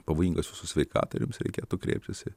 pavojingas jūsų sveikatai ir jums reikėtų kreiptis į